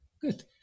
Good